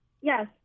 Yes